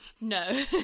No